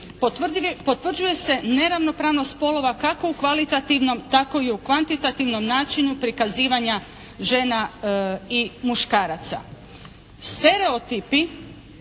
potvrđuje se neravnopravnost spolova kako u kvalitativnom tako i u kvantitativnom načinu prikazivanja žena i muškaraca. Stereotipi